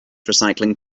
recycling